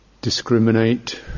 discriminate